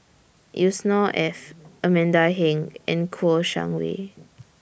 Yusnor Ef Amanda Heng and Kouo Shang Wei